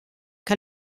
que